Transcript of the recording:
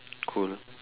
cool